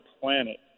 planet